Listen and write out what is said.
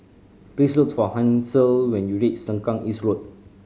please look for Hansel when you reach Sengkang East Road